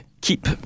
keep